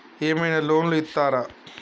ఏమైనా లోన్లు ఇత్తరా?